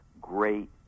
great